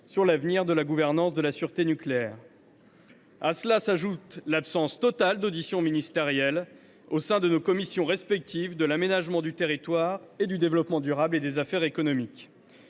sur l’avenir de la gouvernance de la sûreté nucléaire. À cela s’ajoute l’absence totale d’audition ministérielle au sein de nos commissions respectives de l’aménagement du territoire et du développement durable, et des affaires économiques.